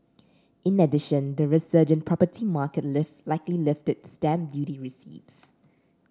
in addition the resurgent property market lift likely lifted stamp duty receipts